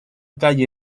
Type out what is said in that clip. calle